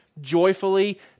joyfully